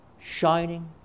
Shining